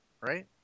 Right